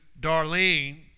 Darlene